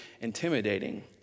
intimidating